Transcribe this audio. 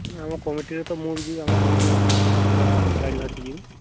ଆମ କମିଟିରେ ତ ମୁଁ ବି ଯିବି ଆମ କମିଟି ପାଞ୍ଚ ଛଅ ଜଣ ପିଲା ଗାଡ଼ି ଧରିକି ଯିବି